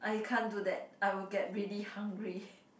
I can't do that I will get really hungry